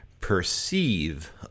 perceive